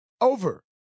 over